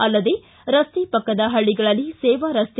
ಅಲ್ಲದೇ ರಸ್ತೆಯ ಪಕ್ಕದ ಹಳ್ಳಗಳಲ್ಲಿ ಸೇವಾ ರಸ್ತೆ